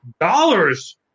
dollars